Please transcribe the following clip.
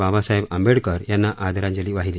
बाबासाहेब आंबेडकर यांना आदरांजली वाहिली